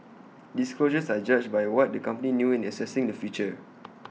disclosures are judged by what the company knew in assessing the future